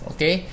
Okay